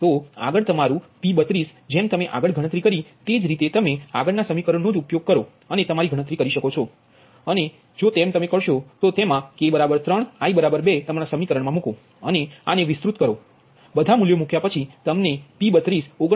તો આગળ તમારું P32 જેમ તમે આગળ ગણતરી કરી તે જ રીતે તમે આગળના સમીકરણ નો જ ઉપયોગ કરી તમે તમારી ગણતરી કરી શકો છો અને તેમા તમે k 3 i 2 તમારા સમીકરણ મા મુકો અને આને વિસ્તૃત કરો અને બધા મૂલ્યો મૂક્યા પછી તમને મળશે P32 49